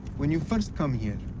when you first come here,